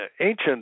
ancient